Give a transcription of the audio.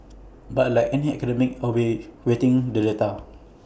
but like any academic I will be awaiting the data